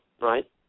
right